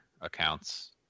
accounts